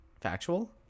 factual